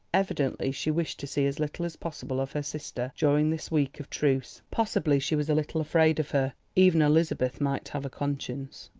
evidently she wished to see as little as possible of her sister during this week of truce possibly she was a little afraid of her. even elizabeth might have a conscience.